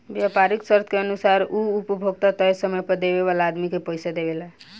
व्यापारीक शर्त के अनुसार उ उपभोक्ता तय समय पर देवे वाला आदमी के पइसा देवेला